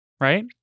Right